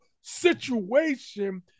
situation